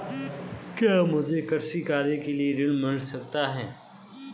क्या मुझे कृषि कार्य के लिए ऋण मिल सकता है?